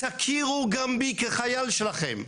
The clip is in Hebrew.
תכירו גם בי כחייל שלכם,